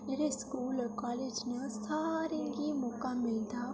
जेह्ड़े school college न सारें गी मौका मिलदा